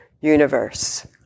universe